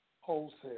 wholesale